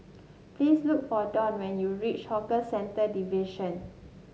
please look for Don when you reach Hawker Centre Division